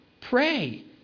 pray